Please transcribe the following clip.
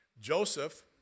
Joseph